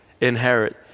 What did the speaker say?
inherit